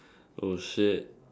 oh shit